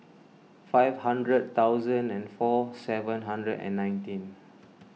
five hundred thousand and four seven hundred and nineteen